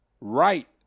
right